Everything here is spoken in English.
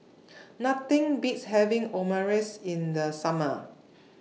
Nothing Beats having Omurice in The Summer